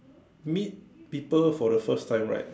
meet people for the first time right